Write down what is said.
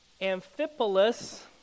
Amphipolis